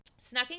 Snacking